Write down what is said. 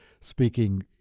speaking